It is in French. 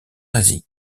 asie